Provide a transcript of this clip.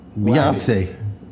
Beyonce